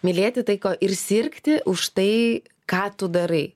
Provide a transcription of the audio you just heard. mylėti tai ką ir sirgti už tai ką tu darai